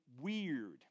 weird